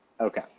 Okay